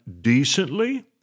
decently